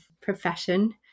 profession